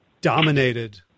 dominated